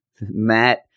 Matt